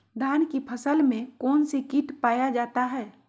धान की फसल में कौन सी किट पाया जाता है?